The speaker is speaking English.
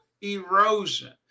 erosion